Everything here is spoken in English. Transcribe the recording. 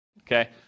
okay